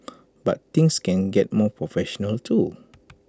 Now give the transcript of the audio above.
but things can get more professional too